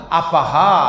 apaha